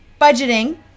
Budgeting